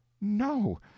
no